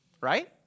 Right